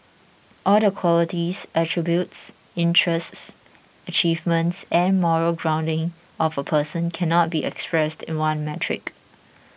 all the qualities attributes interests achievements and moral grounding of a person cannot be expressed in one metric